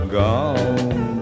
gone